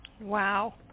Wow